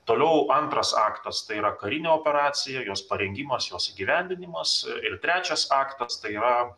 toliau antras aktas tai yra karinė operacija jos parengimas jos įgyvendinimas ir trečias aktas tai yra